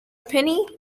penny